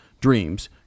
dreams